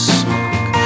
smoke